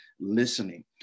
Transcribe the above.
listening